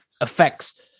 affects